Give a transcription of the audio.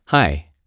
Hi